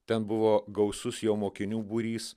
ten buvo gausus jo mokinių būrys